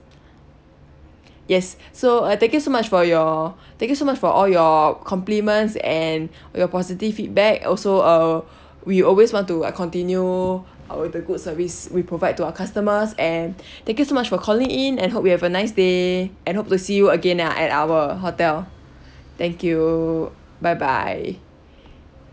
yes so uh thank you so much for your thank you so much for all your compliments and your positive feedback also uh we always want to continue our the good service we provide to our customers and thank you so much for calling in and hope you have a nice day and hope to see you again ah at our hotel thank you bye bye